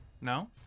No